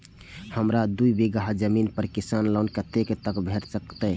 हमरा दूय बीगहा जमीन पर किसान लोन कतेक तक भेट सकतै?